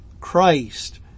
Christ